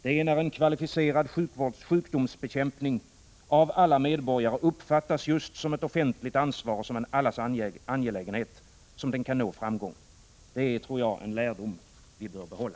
Det är när en kvalificerad sjukdomsbekämpning av alla medborgare uppfattas just som ett offentligt ansvar och en allas angelägenhet som den kan nå framgång. Det är, tror jag, en lärdom som vi bör behålla.